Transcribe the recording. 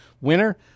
winner